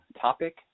topic